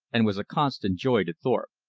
and was a constant joy to thorpe.